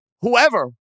whoever